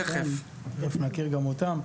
כן, תכף נכיר גם אותם.